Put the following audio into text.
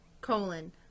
colon